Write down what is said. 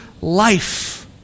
life